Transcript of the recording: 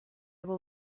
will